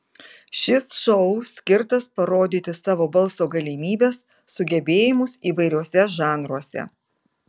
šis šou skirtas parodyti savo balso galimybes sugebėjimus įvairiuose žanruose